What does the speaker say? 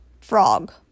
frog